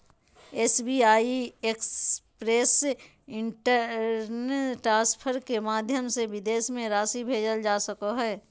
SBI express instant transfer के माध्यम से विदेश में राशि भेजल जा सको हइ